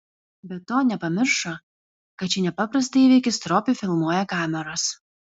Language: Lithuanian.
be to nepamiršo kad šį nepaprastą įvykį stropiai filmuoja kameros